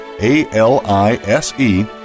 A-L-I-S-E